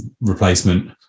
replacement